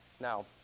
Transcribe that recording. Now